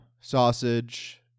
sausage